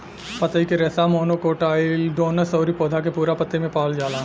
पतई के रेशा मोनोकोटाइलडोनस अउरी पौधा के पूरा पतई में पावल जाला